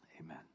Amen